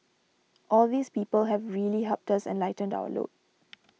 all these people have really helped us and lightened our load